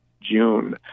June